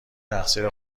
تقصیر